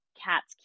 cat's